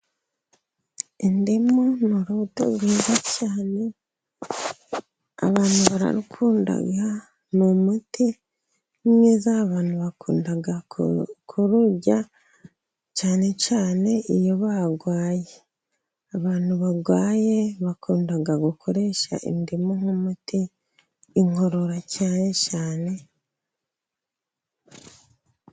Indimu ni urubuto rwiza cyane abantu bararukunda, ni umuti mwiza abantu bakunda kururya, cyane cyane iyo barwaye, abantu barwaye bakunda gukoresha indimu nk'umuti, inkorora cyane cyane.